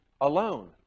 alone